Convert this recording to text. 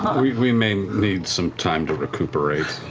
we may need some time to recuperate,